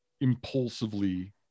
impulsively